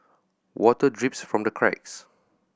water drips from the cracks